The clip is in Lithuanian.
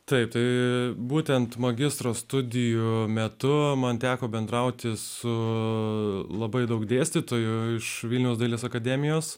taip tai būtent magistro studijų metu man teko bendrauti su labai daug dėstytojų iš vilniaus dailės akademijos